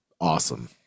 awesome